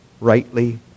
rightly